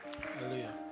Hallelujah